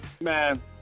Man